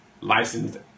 licensed